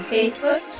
Facebook